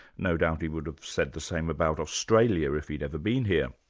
no doubt he would have said the same about australia if he'd ever been here.